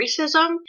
racism